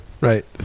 Right